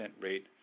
rate